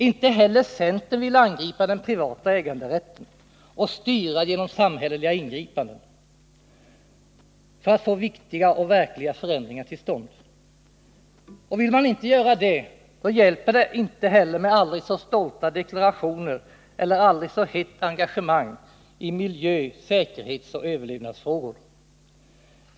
Inte heller centern vill angripa den privata ägande rätten och styra genom samhälleliga ingripanden för att få viktiga och verkliga förändringar till stånd. Vill man inte göra det hjälper det inte med aldrig så stolta deklarationer eller aldrig så hett engagemang i miljö-, säkerhetsoch överlevnadsfrågor.